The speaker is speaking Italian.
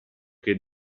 che